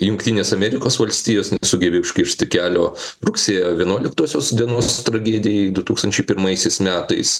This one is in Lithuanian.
jungtinės amerikos valstijos nesugebėjo užkirsti kelio rugsėjo vienuoliktosios dienos tragedijai du tūkstančiai pirmaisiais metais